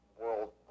World